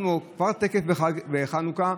אנחנו תכף בחנוכה,